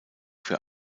für